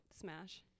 smash